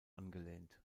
angelehnt